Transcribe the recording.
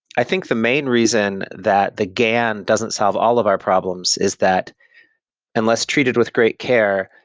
i think the main reason that the gan doesn't solve all of our problems is that unless treated with great care,